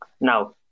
Now